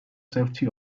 safety